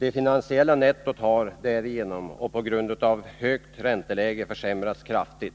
Det finansiella nettot har därigenom och på grund av ett högt ränteläge försämrats kraftigt.